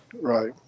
Right